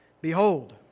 Behold